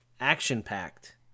Action-packed